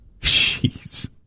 Jeez